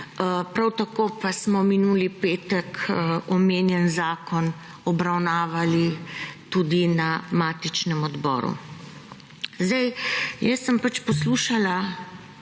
prav tako pa smo minuli petek omenjen zakon obravnavali tudi na matičnem odboru. Zdaj jaz sem pač poslušala